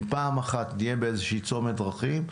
אם פעם אחת נהיה באיזושהי צומת דרכים,